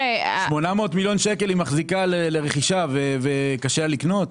היא מחזיקה 800 מיליון שקלים לרכישה וקשה לה לקנות?